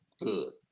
good